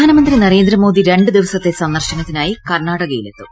പ്രധാനമന്ത്രി നരേന്ദ്രമോദി രണ്ട് ദിവസത്തെ സന്ദർശനത്തിനായി കർണാടകയിലെത്തും